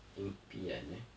impian eh